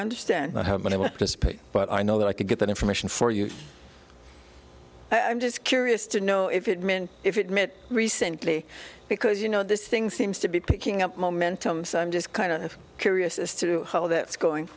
understand i have been able to speak but i know that i could get that information for you i'm just curious to know if it meant if it met recently because you know this thing seems to be picking up momentum so i'm just kind of curious as to how that's going